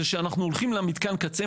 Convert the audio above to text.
זה שאנחנו הולכים למתקן קצה,